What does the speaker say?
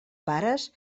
pares